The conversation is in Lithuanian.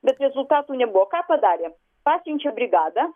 bet rezultatų nebuvo ką padarė pasiunčia brigadą